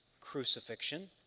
crucifixion